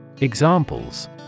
Examples